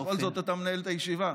בכל זאת, אתה מנהל את הישיבה.